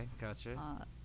Gotcha